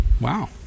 Wow